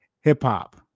Hip-hop